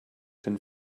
den